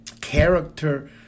character